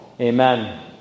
Amen